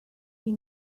you